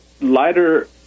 lighter